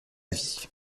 avis